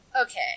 okay